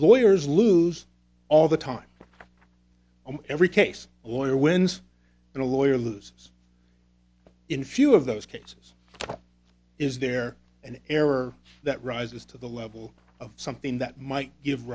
lawyers lose all the time i'm every case a lawyer wins and a lawyer lose in few of those cases is there an error that rises to the level of something that might give